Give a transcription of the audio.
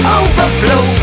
overflow